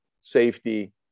safety